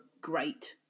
great